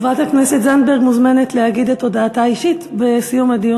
חברת הכנסת זנדברג מוזמנת להגיד את הודעתה האישית בסיום הדיון,